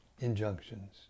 injunctions